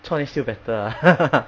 厝内 still better lah